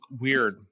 weird